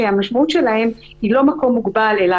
שהמשמעות שלהן היא לא מקום מוגבל אלא